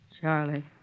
Charlie